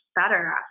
better